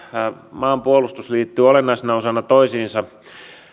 maanpuolustus liittyvät olennaisina osina toisiinsa